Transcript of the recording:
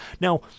Now